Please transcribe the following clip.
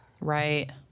Right